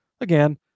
Again